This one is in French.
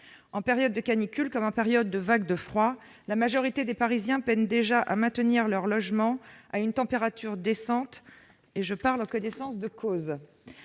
En période de canicule, comme en période de vague de froid, la majorité des Parisiens peinent déjà à maintenir leur logement à une température décente, et je parle en connaissance de cause